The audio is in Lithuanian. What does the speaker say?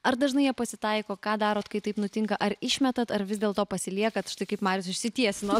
ar dažnai jie pasitaiko ką darot kai taip nutinka ar išmetat ar vis dėlto pasiliekat štai kaip marius išsitiesino